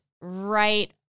right